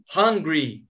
hungry